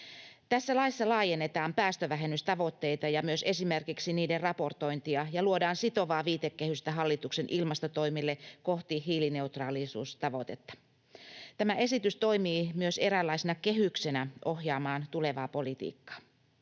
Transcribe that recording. Tässä laissa laajennetaan päästövähennystavoitteita ja myös esimerkiksi niiden raportointia ja luodaan sitovaa viitekehystä hallituksen ilmastotoimille kohti hiilineutraalisuustavoitetta. Tämä esitys toimii myös eräänlaisena kehyksenä ohjaamaan tulevaa politiikkaa.